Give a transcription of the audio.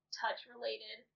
touch-related